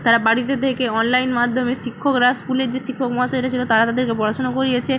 তারা বাড়িতে থেকে অনলাইন মাধ্যমে শিক্ষকরা স্কুলের যে শিক্ষক মহাশয়রা ছিল তারা তাদেরকে পড়াশোনা করিয়েছে